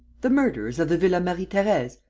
the murderers of the villa marie-therese?